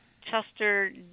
Chester